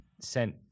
sent